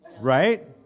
Right